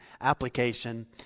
application